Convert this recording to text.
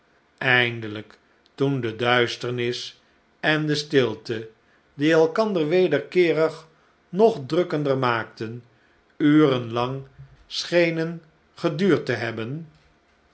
eindelijk toen de duisternis en de stilte die elkander wederkeerig nog drukkender maakten uren lang schenen geduurd te hebben